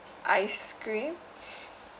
ice cream